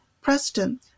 Preston